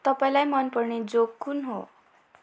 तपाईँलाई मनपर्ने जोक कुन हो